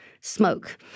smoke